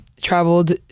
traveled